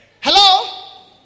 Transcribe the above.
Hello